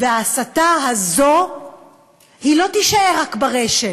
וההסתה הזאת לא תישאר רק ברשת,